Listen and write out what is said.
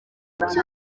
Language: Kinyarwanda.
kuki